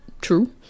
True